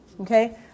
okay